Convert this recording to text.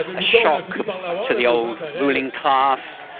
a shock to the old ruling class,